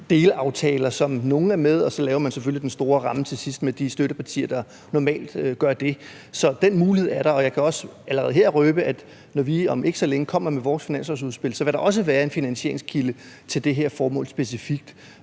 hvert fald set før – og så laver man selvfølgelig den store ramme til sidst med de støttepartier, der normalt er med. Så den mulighed er der, og jeg kan også allerede her røbe, at når vi om ikke så længe kommer med vores finanslovsudspil, vil der også være en finansieringskilde til det her formål specifikt,